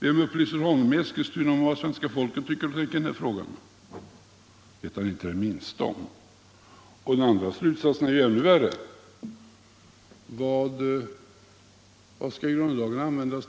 Vem upplyser honom i Eskilstuna om vad svenska folket tycker i den här frågan? Det vet han inte det minsta om. Den övriga delen av resonemanget är ännu värre. När skall grundlagen inte användas